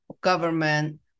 government